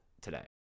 today